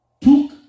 Took